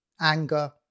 anger